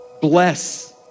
bless